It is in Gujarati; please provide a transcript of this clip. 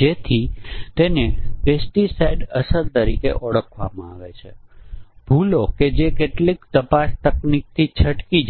QWERTY અને વિશાળ છે અને આપણી પાસે 12 કી અને વિશાળ છે અને આપણી પાસે પોટ્રેટ અને QWERTY છે પરંતુ લેન્ડસ્કેપ અને QWERTY વિશે શું છે હા અહીં આપણી પાસે છે